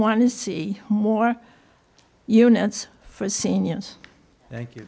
want to see more units for seniors thank you